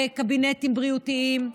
בקבינטים בריאותיים.